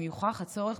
אם יוכח הצורך,